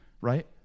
right